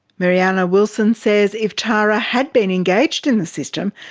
mirjana wilson says if tara had been engaged in the system,